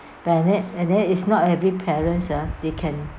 and there is not every parents ah they can